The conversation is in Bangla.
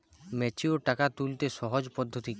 ম্যাচিওর টাকা তুলতে সহজ পদ্ধতি কি?